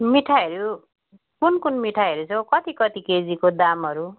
मिठाईहरू कुन कुन मिठाईहरू छ हौ कति कति केजीको दामहरू